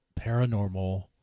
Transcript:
paranormal